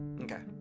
Okay